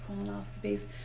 colonoscopies